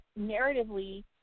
narratively